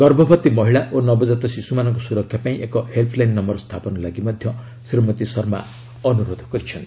ଗର୍ଭବତୀ ମହିଳା ଓ ନବଜାତ ଶିଶୁମାନଙ୍କ ସୁରକ୍ଷା ପାଇଁ ଏକ ହେଲ୍ସଲାଇନ୍ ନମ୍ଘର ସ୍ଥାପନ ଲାଗି ମଧ୍ୟ ଶ୍ରୀମତୀ ଶର୍ମା ଅନୁରୋଧ କରିଛନ୍ତି